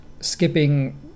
skipping